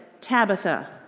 Tabitha